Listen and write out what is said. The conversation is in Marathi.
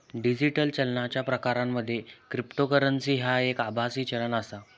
डिजिटल चालनाच्या प्रकारांमध्ये क्रिप्टोकरन्सी ह्या एक आभासी चलन आसा